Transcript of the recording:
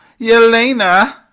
Yelena